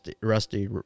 rusty